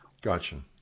Gotcha